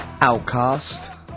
Outcast